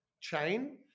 chain